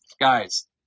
Guys